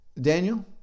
Daniel